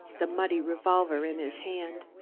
the muddy revolver in his hand.